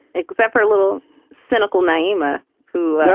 except for a little cynical nyima who i'm